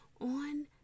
On